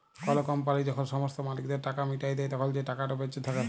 call company যখল সমস্ত মালিকদের টাকা মিটাঁয় দেই, তখল যে টাকাট বাঁচে থ্যাকে